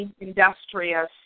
industrious